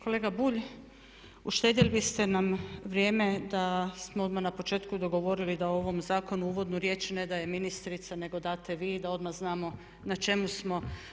Kolega Bulj, uštedjeli ste nam vrijeme da smo odmah na početku dogovorili da u ovom zakonu uvodnu riječ ne daje ministrica nego date vi da odmah znamo na čemu smo.